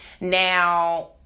now